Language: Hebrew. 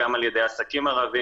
גם על ידי עסקים ערביים,